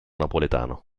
napoletano